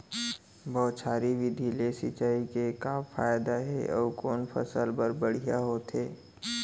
बौछारी विधि ले सिंचाई के का फायदा हे अऊ कोन फसल बर बढ़िया होथे?